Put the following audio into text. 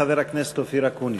חבר הכנסת אופיר אקוניס.